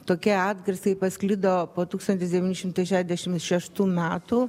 tokie atgarsiai pasklido po tūkstantis devyni šimtai šešiasdešim šeštų metų